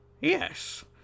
Yes